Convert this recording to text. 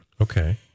Okay